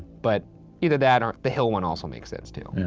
but either that or the hill one also makes sense too.